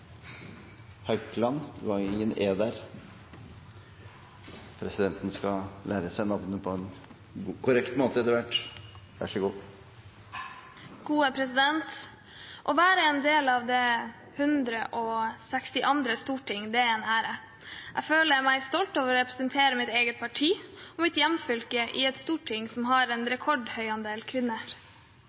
Å være en del av det 162. storting er en ære. Jeg føler meg stolt over å representere mitt eget parti og mitt hjemfylke i et storting som har en rekordhøy andel kvinner.